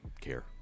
care